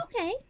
Okay